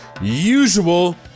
usual